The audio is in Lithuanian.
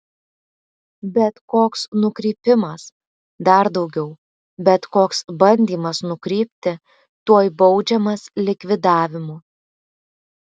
bet koks nukrypimas dar daugiau bet koks bandymas nukrypti tuoj baudžiamas likvidavimu